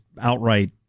outright